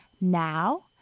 Now